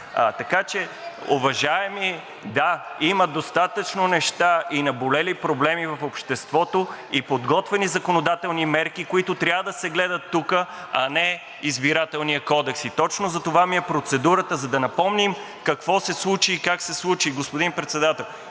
Така че, уважаеми, да, има достатъчно неща и наболели проблеми в обществото и подготвени законодателни мерки, които трябва да се гледат тук, а не Избирателният кодекс и точно затова ми е процедурата, за да напомним какво се случи и как се случи, господин Председател.